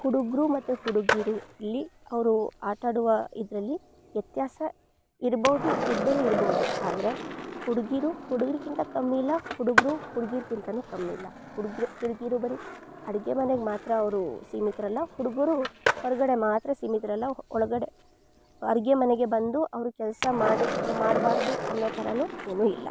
ಹುಡುಗರು ಮತ್ತು ಹುಡುಗಿರು ಇಲ್ಲಿ ಅವರು ಆಟಾಡುವ ಇದರಲ್ಲಿ ವ್ಯತ್ಯಾಸ ಇರಬೌದು ಇಲ್ದೆಯೇ ಇರಬಹುದು ಆದರೆ ಹುಡುಗಿರು ಹುಡುಗರಿಗಿಂತ ಕಮ್ಮಿಯಿಲ್ಲ ಹುಡುಗರು ಹುಡುಗಿರ್ಗಿಂತಲೂ ಕಮ್ಮಿಯಿಲ್ಲ ಹುಡುಗ್ರು ಹುಡ್ಗಿರು ಬರಿ ಅಡುಗೆ ಮನೆಗೆ ಮಾತ್ರ ಅವರು ಸೀಮಿತರಲ್ಲ ಹುಡುಗರು ಹೊರಗಡೆ ಮಾತ್ರ ಸೀಮಿತರಲ್ಲ ಒಳಗಡೆ ಅಡ್ಗೆ ಮನೆಗೆ ಬಂದು ಅವರು ಕೆಲ್ಸ ಮಾಡಿ ಆಂ ಮಾಡಬಾರ್ದು ಅನ್ನೋಥರವೂ ಏನೂ ಇಲ್ಲ